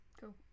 Cool